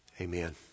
Amen